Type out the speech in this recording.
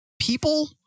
People